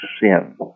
sin